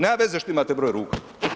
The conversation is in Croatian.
Nema veze što imate broj ruku.